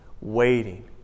waiting